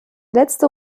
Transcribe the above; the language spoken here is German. letzte